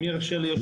ומר הלמן,